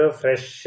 fresh